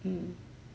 mm